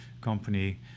company